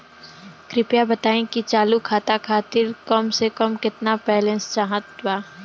कृपया बताई कि चालू खाता खातिर कम से कम केतना बैलैंस चाहत बा